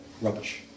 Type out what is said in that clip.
rubbish